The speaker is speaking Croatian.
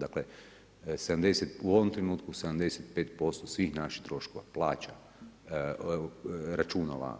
Dakle 70, u ovom trenutku 75% svih naših troškova plaća, računala,